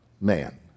man